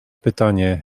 pytanie